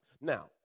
Now